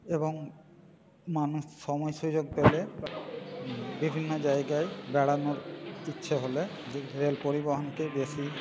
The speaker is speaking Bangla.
এবং মানুষ সময় সুযোগ পেলে বিভিন্ন জায়গায় বেড়ানোর ইচ্ছা হলে রেল পরিবহণকে বেশি